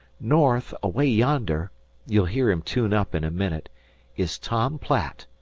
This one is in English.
north, away yonder you'll hear him tune up in a minute is tom platt.